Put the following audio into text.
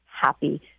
happy